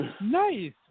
Nice